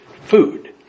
food